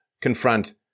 confront